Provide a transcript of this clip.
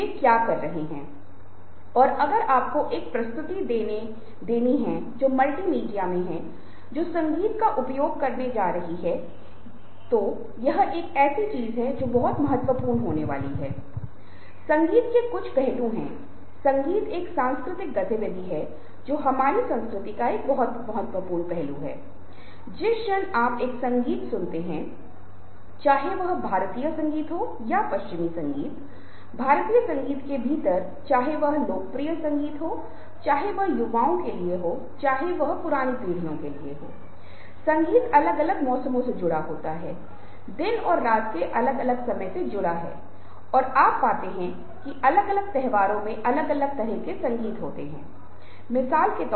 अनचाही सलाह अब हम उस बारे में बात करेंगे जब हम लिंग के बारे में बात करते हैं लेकिन यह एक प्रवृत्ति है जो हमारे पास है और बहुत बार भारतीय सांस्कृतिक संदर्भ में हम मजाक में कहते हैं कि जिस क्षण आप किसी बीमारी के बारे में बात करते हैं आप पाते हैं कि वहाँ 5 10 30 अलग अलग लोग हमें सलाह देने के लिए आ जाते हैं जैसे की इसे ले लो इस घरेलू उपाय को लें उस तरह की दवा और सभी प्रकार की चीजें लो